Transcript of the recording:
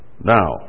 Now